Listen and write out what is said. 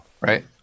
Right